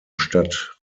stadt